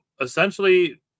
essentially